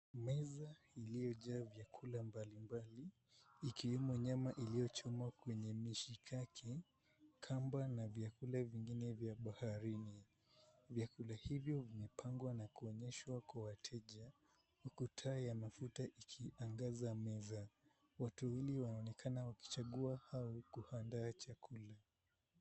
Meza iliyojaa vyakula mbalimbali ikiwemo nyama iliyochomwa kwenye mishikaki kamba na vyakula vingine vya baharini. Vyakula hivyo vimepangwa na kuonyeshwa kwa wateja, ukuta ya mafuta ikiangaza meza. Watu wawili wanaonekana wakichagua au kuandaa chakula.